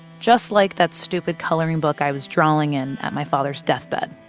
just like that stupid coloring book i was drawing in at my father's deathbed.